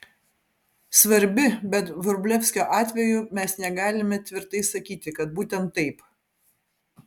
svarbi bet vrublevskio atveju mes negalime tvirtai sakyti kad būtent taip